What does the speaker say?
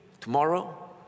tomorrow